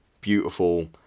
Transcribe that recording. beautiful